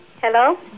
Hello